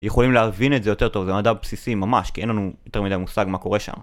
יכולים להבין את זה יותר טוב, זה מדע בסיסי, ממש! כי אין לנו יותר מדי מושג מה קורה שם